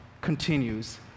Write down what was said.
continues